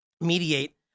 mediate